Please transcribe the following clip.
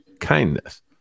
kindness